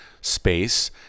space